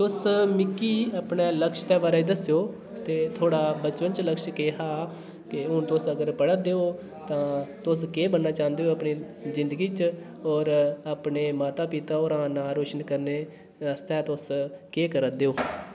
तुस मिगी अपने लक्ष्य दे बारै ई दस्सो ते थुआढ़ा बचपन च लक्ष्य केह् हा ते अगर हून तुस पढ़ा दे ओ तां तुस केह् बनना चाहंदे अपनी जिंदगी च होर अपने माता पिता दा नाम रोशन करने बास्तै तुस केह् करा दे ओ